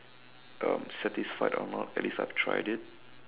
um satisfied or not at least I've tried it